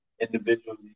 individually